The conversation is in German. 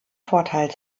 vorteil